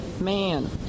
man